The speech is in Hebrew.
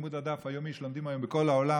לימוד הדף היומי שלומדים היום בכל העולם,